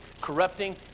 corrupting